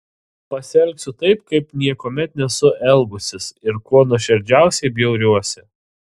pasielgsiu taip kaip niekuomet nesu elgusis ir kuo nuoširdžiausiai bjauriuosi